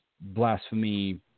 blasphemy